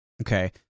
Okay